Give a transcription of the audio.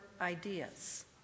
ideas